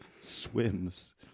swims